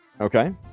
Okay